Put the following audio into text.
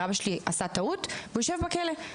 אבא שלי עשה טעות והוא יושב בכלא,